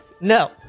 no